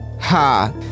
Ha